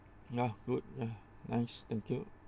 ya good ya nice thank you